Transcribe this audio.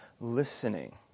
listening